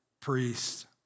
priest